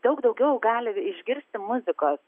daug daugiau galime išgirsti muzikos